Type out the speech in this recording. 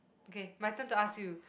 okay my turn to ask you